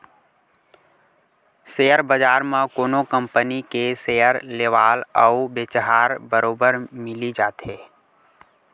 share बजार म कोनो कंपनी के सेयर लेवाल अउ बेचहार बरोबर मिली जाथे